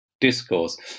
discourse